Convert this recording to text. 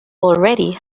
already